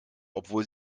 obwohl